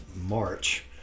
March